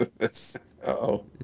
Uh-oh